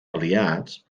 aliats